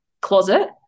closet